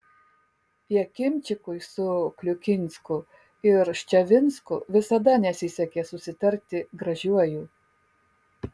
jakimčikui su kliukinsku ir ščavinsku visada nesisekė susitarti gražiuoju